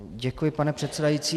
Děkuji, pane předsedající.